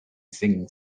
singing